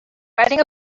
riding